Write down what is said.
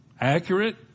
Accurate